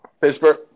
Pittsburgh